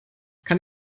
kann